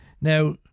now